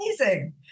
amazing